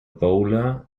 bowler